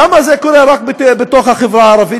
למה זה קורה רק בתוך החברה הערבית?